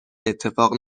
اتفاق